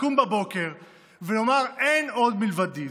לקום בבוקר ולומר: אין עוד מלבדי,